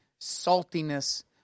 saltiness